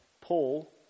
Paul